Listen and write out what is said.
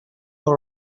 all